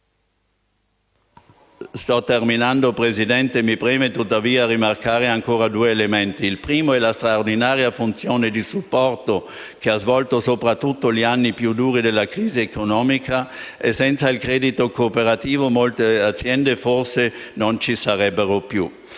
economico e sociale. Mi preme tuttavia rimarcare ancora due elementi: il primo è la straordinaria funzione di supporto che ha svolto soprattutto negli anni più duri della crisi economica, perché senza il credito cooperativo molte aziende, forse, non ci sarebbero più.